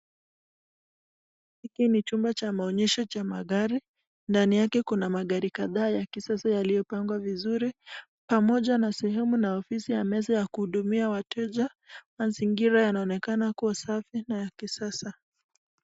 Hiki ni chumba cha maonyeshi ya magari ndani yake Kuna magari kadhaa ya kisasa yaliyopakwa vizuri pamoja nasehemu na ofisi ya meza ya kuhudumia wateja waziingie mazingira inaonekana kama kuwa safi na ya kisasa.